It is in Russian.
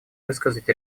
высказать